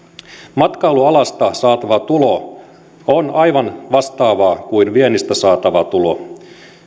matkailualasta saatava tulo on aivan vastaavaa kuin viennistä saatava tulo